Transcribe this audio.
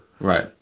right